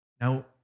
Now